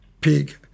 pig